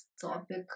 topic